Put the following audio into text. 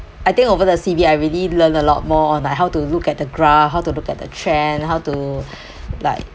I think over the C_B I really learn a lot more like how to look at the graph how to look at the trend how to like